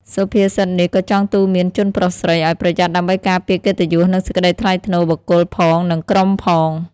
សុភាសិតនេះក៏ចង់ទូន្មានជនប្រុសស្រី ឲ្យប្រយ័ត្នដើម្បីការពារកិត្តិយសនិងសេចក្តីថ្លៃថ្នូរបុគ្គលផងនិងក្រុមផង។